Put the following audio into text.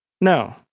No